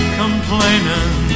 complaining